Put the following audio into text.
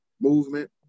movement